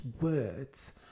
words